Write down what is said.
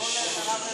תנו למרב לדבר.